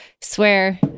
swear